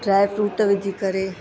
ड्रॉई fruit विझी करे